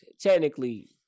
technically